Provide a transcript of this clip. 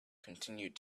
continued